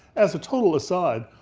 as a total aside,